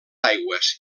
aigües